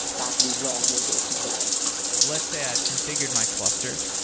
badly wrong with your configuration let's say i've configured my cluster.